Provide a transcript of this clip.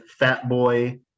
Fatboy